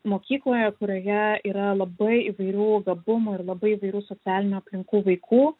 mokykloje kurioje yra labai įvairių gabumų ir labai įvairių socialinių aplinkų vaikų